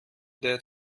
der